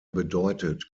bedeutet